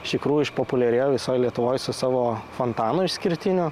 išpopuliarėjo visoj lietuvoj su savo fontanu išskirtiniu